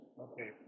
okay